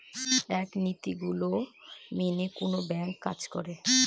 এক নীতি গুলো মেনে কোনো ব্যাঙ্ক কাজ করে